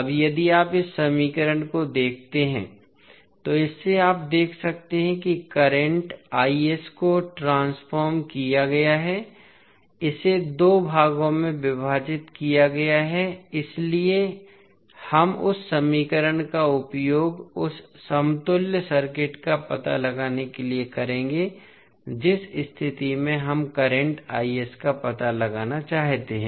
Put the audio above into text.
अब यदि आप इस समीकरण को देखते हैं तो इससे आप देख सकते हैं कि करंट को ट्रांसफॉर्म किया गया है इसे दो भागों में विभाजित किया गया है इसलिए हम उस समीकरण का उपयोग उस समतुल्य सर्किट का पता लगाने के लिए करेंगे जिस स्थिति में हम करंट का पता लगाना चाहते हैं